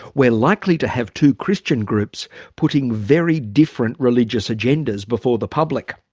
we're likely to have two christian groups putting very different religious agendas before the public.